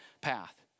path